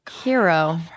Hero